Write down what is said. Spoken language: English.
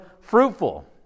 fruitful